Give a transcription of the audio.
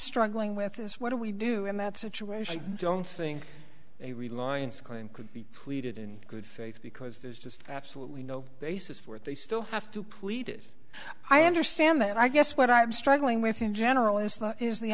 struggling with this what do we do in that situation i don't think a reliance claim could be pleaded in good faith because there's just absolutely no basis for it they still have to plead it i understand that i guess what i'm struggling with in general is not is the